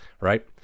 right